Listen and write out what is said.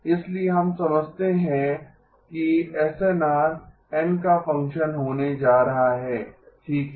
इसलिए हम समझते हैं कि एसएनआर n का फंक्शन होने जा रहा है ठीक है